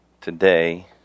today